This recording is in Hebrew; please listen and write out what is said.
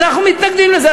אנחנו מתנגדים לזה.